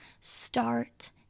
Start